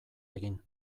egin